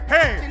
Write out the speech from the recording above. Hey